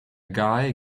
guy